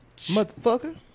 motherfucker